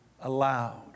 allowed